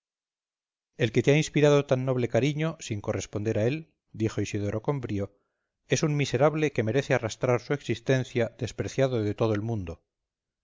el que te ha inspirado tan noble cariño sin corresponder a él dijo isidoro con brío es un miserable que merece arrastrar su existencia despreciado de todo el mundo